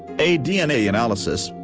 a dna analysis,